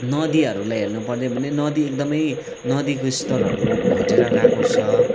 नदीहरूलाई हेर्नु पर्दा पनि नदी एकदमै नदीको स्तरहरू घटेर गएको छ